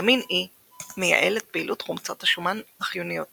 ויטמין E מייעל את פעילות חומצות השומן החיוניות